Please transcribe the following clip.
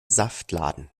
saftladen